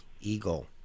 Eagle